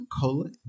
Cola